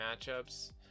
matchups